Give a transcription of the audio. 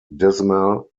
dismal